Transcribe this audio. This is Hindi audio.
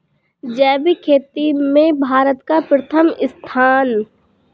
जैविक खेती में भारत का प्रथम स्थान